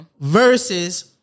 Versus